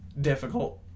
difficult